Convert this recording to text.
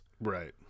Right